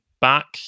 back